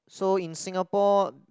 so in Singapore